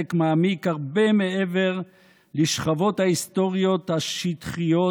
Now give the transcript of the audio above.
והסדק מעמיק הרבה מעבר לשכבות ההיסטוריות השטחיות